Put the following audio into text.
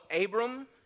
Abram